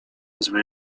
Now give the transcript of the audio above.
zły